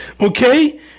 Okay